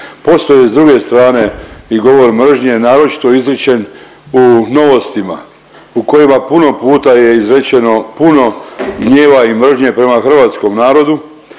Postoji s druge strane i govor mržnje, naročito izrečen u Novostima u kojima puno puta je izrečeno puno gnjeva i mržnje prema hrvatskom narodu